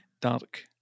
dark